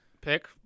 pick